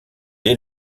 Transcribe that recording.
est